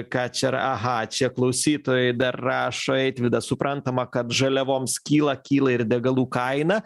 ką čia ra aha čia klausytojai dar rašo eitvydas suprantama kad žaliavoms kyla kyla ir degalų kaina